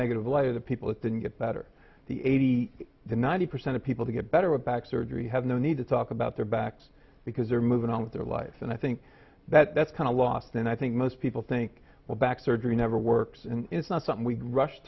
give life to the people that then get better the eighty ninety percent of people to get better a back surgery have no need to talk about their backs because they're moving on with their life and i think that that's kind of lost and i think most people think well back surgery never works it's not something we rush